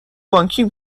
بانکیم